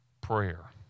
prayer